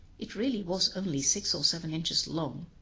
it really was only six or seven inches long,